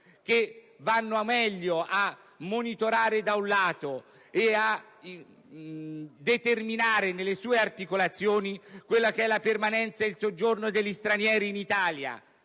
che vanno a meglio monitorare, da un lato, e a determinare nelle sue articolazioni, dall'altro, la permanenza e il soggiorno degli stranieri in Italia,